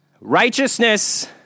Righteousness